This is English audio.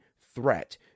threat